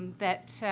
that,